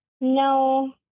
No